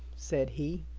said he.